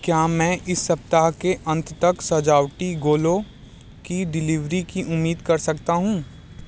क्या मैं इस सप्ताह के अंत तक सजावटी गोलों की डिलीवरी की उम्मीद कर सकता हूँ